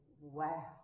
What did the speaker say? wow